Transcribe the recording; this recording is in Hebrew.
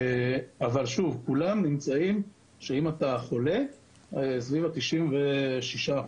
אבל שוב: האמינות של כל הבדיקות לזהות אם אתה חולה היא סביב ה-96 אחוז,